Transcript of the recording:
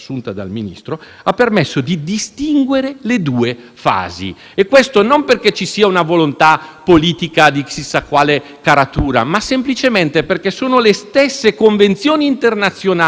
politica di chissà quale caratura, ma semplicemente perché sono le stesse Convenzioni internazionali che ho sentito citare in quest'Aula a sostegno della tesi di chi vorrebbe il ministro Salvini a processo, che